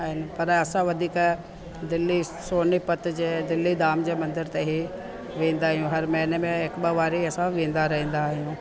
आहिनि पर असां वधीक दिल्ली सोनीपत जे दिल्ली धाम जे मंदर ते ही वेंदा आहियूं हर महीने में हिकु ॿ वारी असां वेंदा रहंदा आहियूं